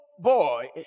boy